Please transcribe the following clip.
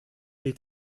est